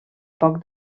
poc